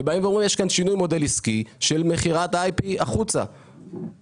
ובאים ואומרים שיש כאן שילוב מודל עסקי של מכירת IP החוצה מהחברה.